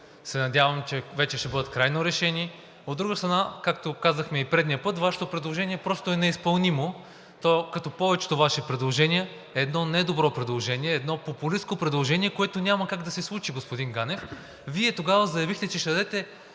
се надявам, че вече ще бъдат крайно решени. От друга страна, както казахме и предния път Вашето предложение просто е неизпълнимо. То като повечето Ваши предложения е едно недобро предложение, едно популистко предложение, което няма как да се случи, господин Ганев. Вие тогава заявихте, че ще